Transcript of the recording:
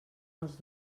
els